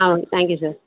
ஆ ஓ thank you sir